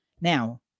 now